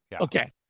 Okay